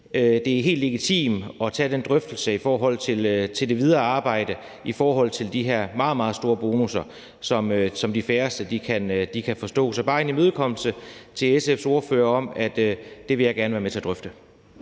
det er helt legitimt at tage den drøftelse i det videre arbejde om de her meget, meget store bonusser, som de færreste kan forstå. Så det er bare en imødekommelse af SF's ordfører. Det vil jeg gerne være med til at drøfte.